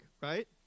right